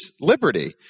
liberty